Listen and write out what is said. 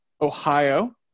Ohio